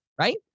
right